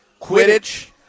Quidditch